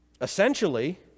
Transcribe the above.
Essentially